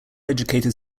educated